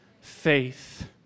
faith